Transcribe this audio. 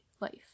life